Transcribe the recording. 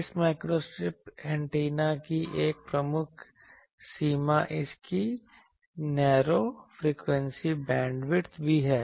इस microstrip antenna की एक प्रमुख सीमा इसकी नेरो फ्रीक्वेंसी बैंडविड्थ भी है